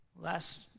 last